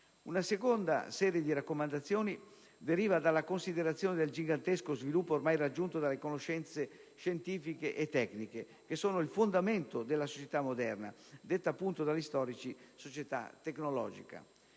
Una seconda serie di raccomandazioni deriva dalla considerazione del gigantesco sviluppo ormai raggiunto dalle conoscenze scientifiche e tecniche, che sono il fondamento della società moderna, detta appunto dagli storici società tecnologica.